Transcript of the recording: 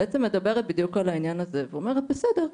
מדברת בדיוק על העניין הזה ואומרת בסדר,